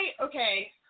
okay